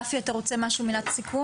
רפי אתה רוצה להגיד משהו למילת סיכום?